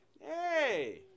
Hey